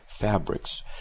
fabrics